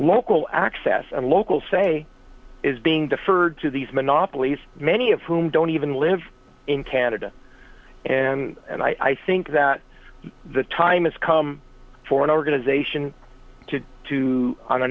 local access and local say is being deferred to these monopolies many of whom don't even live in canada and and i think that the time has come for an organization to to on a